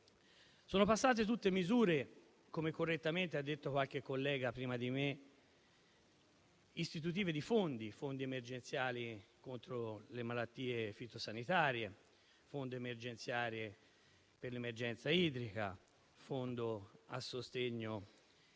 Sono passate tutte misure - come correttamente ha detto qualche collega prima di me - istitutive di fondi: fondi emergenziali contro le malattie fitosanitarie, fondi emergenziale per l'emergenza idrica, fondo a sostegno